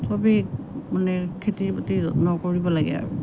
চবেই মানে খেতিৰ প্ৰতি যত্ন কৰিব লাগে আৰু